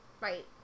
Right